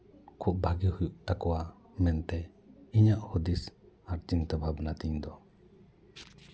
ᱠᱷᱩᱵᱽ ᱵᱷᱟᱜᱮ ᱦᱩᱭᱩᱜ ᱛᱟᱠᱚᱣᱟ ᱢᱮᱱᱛᱮ ᱤᱧᱟᱹᱜ ᱦᱩᱫᱤᱥ ᱟᱨ ᱪᱤᱱᱛᱟᱹ ᱵᱷᱟᱵᱽᱱᱟ ᱛᱤᱧ ᱫᱚ